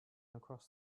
across